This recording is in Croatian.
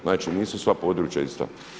Znači nisu sva područja ista.